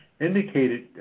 indicated